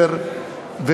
של צמודי קרקע,